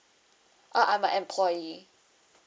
uh I'm a employee